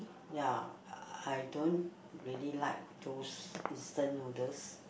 ya I don't really like those instant noodles